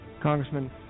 congressman